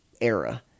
era